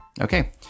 okay